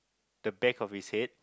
the back of his head